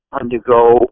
undergo